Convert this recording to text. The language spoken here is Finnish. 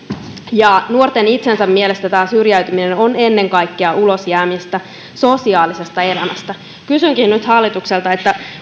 nuorten itsensä mielestä tämä syrjäytyminen on ennen kaikkea ulosjäämistä sosiaalisesta elämästä kysynkin nyt hallitukselta